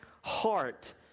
heart